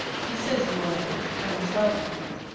he says you are his, and shall be his,